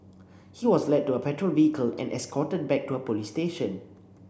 he was led to a patrol vehicle and escorted back to a police station